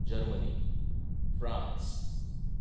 Germany France